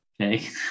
Okay